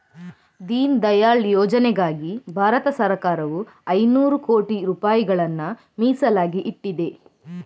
ದೀನ್ ದಯಾಳ್ ಯೋಜನೆಗಾಗಿ ಭಾರತ ಸರಕಾರವು ಐನೂರು ಕೋಟಿ ರೂಪಾಯಿಗಳನ್ನ ಮೀಸಲಾಗಿ ಇಟ್ಟಿದೆ